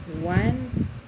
one